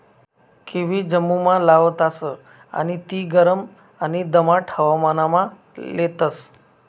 kiwi जम्मुमा लावतास आणि ती गरम आणि दमाट हवामानमा लेतस